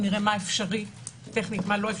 נראה מה אפשרי טכנית ומה לא.